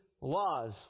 laws